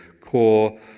core